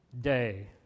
day